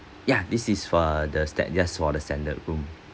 ya this is for the sta~ just for the standard room